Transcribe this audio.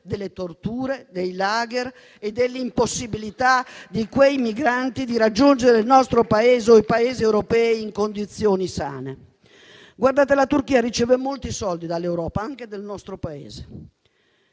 delle torture, dei *lager* e dell'impossibilità per quei migranti di raggiungere il nostro Paese o i Paesi europei in condizioni sane. La Turchia riceve molti soldi dall'Europa, anche dal nostro Paese,